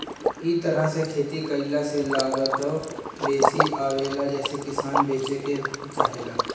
इ तरह से खेती कईला से लागतो बेसी आवेला जेसे किसान बचे के चाहेला